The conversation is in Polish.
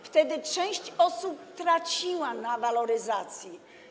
Wtedy część osób traciła na waloryzacji.